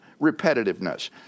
repetitiveness